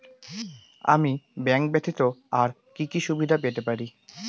আমি ব্যাংক ব্যথিত আর কি কি সুবিধে পেতে পারি?